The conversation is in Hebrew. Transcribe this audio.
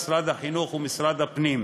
משרד החינוך ומשרד הפנים.